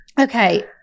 Okay